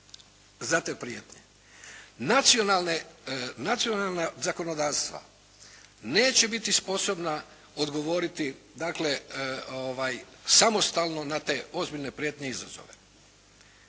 za te prijetnje. Nacionalna zakonodavstva neće biti spodobna odgovoriti, dakle samostalno na te ozbiljne prijetnje izazove.